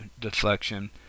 deflection